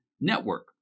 Network